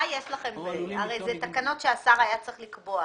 אלה הרי תקנות שהשר היה צריך לקבוע.